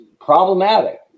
problematic